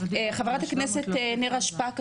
חה"כ נירה שפק,